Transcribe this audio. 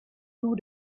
two